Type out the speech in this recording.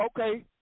Okay